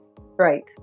Right